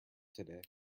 today